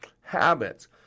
habits